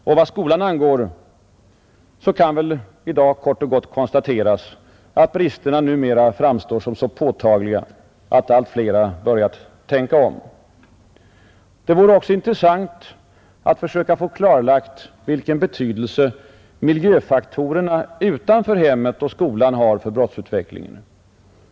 Och vad skolan angår kan väl i dag kort och gott konstateras att bristerna numera framstår som så påtagliga att allt fler har börjat tänka om. Det vore också intressant att få klarlagt vilken betydelse miljöfaktorerna utanför hemmet och skolan har för brottsutvecklingen.